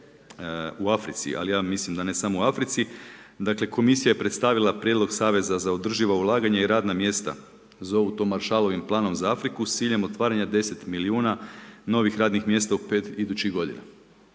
u Africi, ali ja mislim da ne samo u Africi. Dakle, Komisija je predstavila prijedlog Saveza za održivo ulaganje i radna mjesta, zovu to Maršalovim planom za Afriku s ciljem otvaranja 10 milijuna novih radnih mjesta u 5 idućih godina.